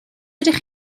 ydych